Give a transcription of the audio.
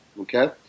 okay